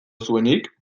zuenik